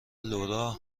لورا